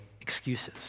excuses